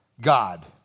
God